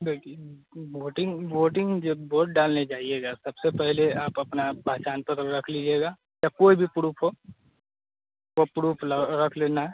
देखिए voting voting जब vote डालने जाइएगा सबसे पहले आप अपना पहचान पत्र रख लीजिएगा या कोई भी प्रूफ हो वह प्रूफ ल रख लेना है